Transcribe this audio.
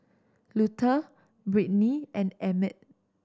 Luther Brittnee and Emett